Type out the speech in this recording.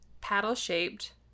paddle-shaped